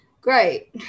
great